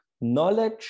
Knowledge